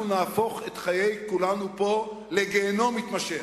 אנחנו נהפוך את חיי כולנו פה לגיהינום מתמשך.